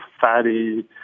fatty